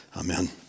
Amen